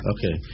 Okay